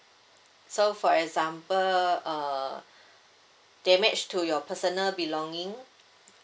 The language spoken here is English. so for example uh damage to your personal belonging